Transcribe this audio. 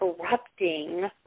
corrupting